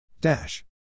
Dash